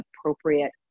appropriate